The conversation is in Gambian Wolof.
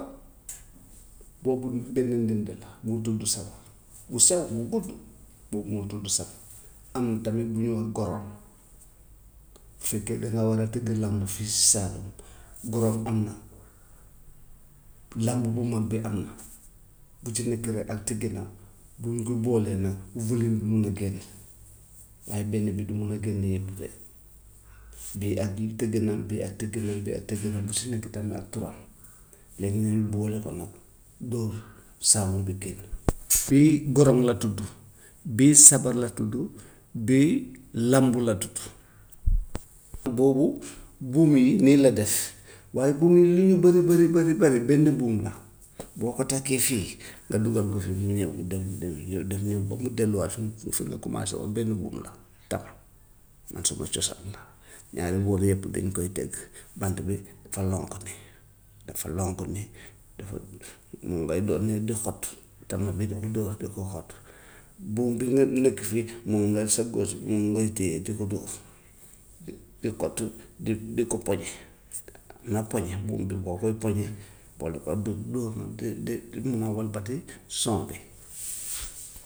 boobu benn ndënd la moo tudd sabar bu sew bu gudd boobu moo tudd sabar, am na tamit bu ñuy wax goron. Bu fekkee dangaa war a tëgg làmb fii si salle bi goron am na, làmb bu mag bi am na, bu ci nekk rek ak tëginam, bu ñu boolee nag volume bi mun na génn, waaye benn bi du mun a génnee yëpp de, bii ak tëgginam, bii ak tëgginam, bii ak tëgginam bu si nekk tamit ak turam, léegi ñu boole ko nag dóor sound bi génn. Nii goron la tudd, bii sabar la tudd, bii làmb la tudd, boobu buum yi nii la def, waaye buum yi lu ñu bari bari bari bari benn buum la, boo ko takkee fii, nga dugal ko fii mu ñëw dem dem nga def nag ba mu delluwaat fi mu fi nga commencer woon, benn buum la tama man sama cosaan la, ñaari boor yëpp dañ koy tëgg, bant bi dafa lonk nii, dafa lonk nii, dafa mun ngay dóor nii di xott, tama bi di ko dóor di ko xott, buum bi nga nekk fii moom ngay moom ngay kii yee di ko dóor, di kott, di di ko poñe, na poñe buum bi boo koy poñe boole ko ak di dóor nag di di moo wëlbati son bi.